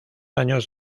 años